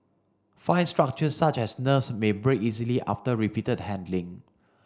fine structures such as nerves may break easily after repeated handling